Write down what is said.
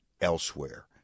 elsewhere